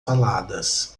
faladas